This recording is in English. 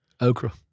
Okra